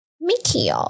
Mickey